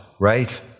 right